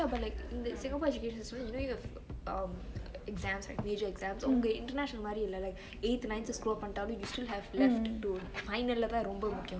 ya but like singapore education you know um exams like major exams like உங்க:unge international மாரி இல்ல:maari ille like eighth nineth screw up பன்னிட்டாலு:pannitaalu we still have left to final லதா ரொம்ப முக்கியு:lethaa rombe mukkiyu